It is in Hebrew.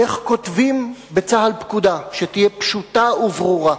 איך כותבים בצה"ל פקודה שתהיה פשוטה וברורה,